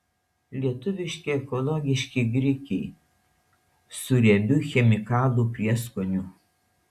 lietuviški ekologiški grikiai su riebiu chemikalų prieskoniu